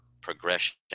progression